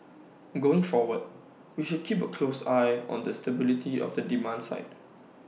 going forward we should keep A close eye on the stability of the demand side